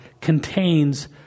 contains